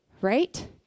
Right